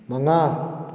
ꯃꯉꯥ